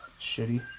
Shitty